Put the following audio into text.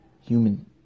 human